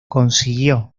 consiguió